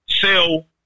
sell